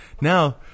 Now